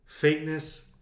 fakeness